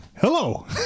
Hello